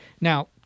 Now